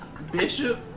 Bishop